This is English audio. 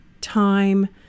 time